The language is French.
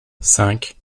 cinq